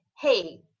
hey